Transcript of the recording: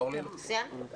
(היו"ר אורלי פרומן) אוקיי,